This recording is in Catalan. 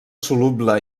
soluble